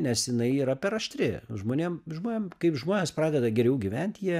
nes jinai yra per aštri žmonėm žmonėm kaip žmonės pradeda geriau gyvent jie